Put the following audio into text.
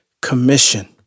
commission